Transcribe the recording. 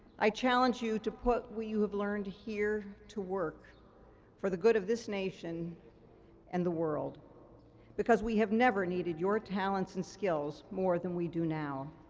i challenge you to put what you have learned here to work for the good of this nation and the world because we have never needed your talents and skills more than we do now.